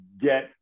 get